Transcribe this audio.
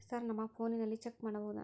Sir ನಮ್ಮ ಫೋನಿನಲ್ಲಿ check ಮಾಡಬಹುದಾ?